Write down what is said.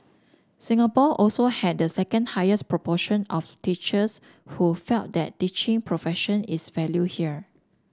Singapore also had the second highest proportion of teachers who felt that teaching profession is valued here